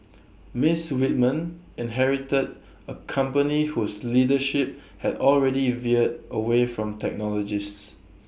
miss Whitman inherited A company whose leadership had already veered away from technologists